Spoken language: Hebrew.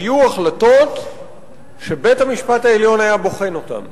היו החלטות שבית-המשפט העליון היה בוחן אותן.